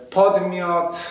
podmiot